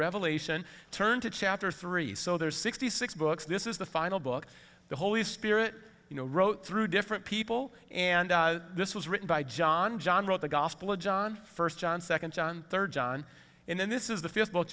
revelation turn to chapter three so there are sixty six books this is the final book the holy spirit you know wrote through different people and this was written by john john wrote the gospel of john first john second john third john and then this is the first book